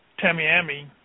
Tamiami